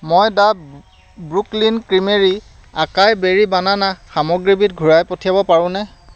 মই the Brooklyn creamery acai berry banana সামগ্ৰীবিধ ঘূৰাই পঠিয়াব পাৰোনে